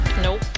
Nope